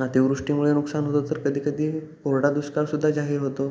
अतीवृष्टीमुळे नुकसान होतं तर कधी कधी कोरडा दुष्काळसुद्धा जाहीर होतो